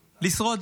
לשרוד,